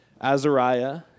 Azariah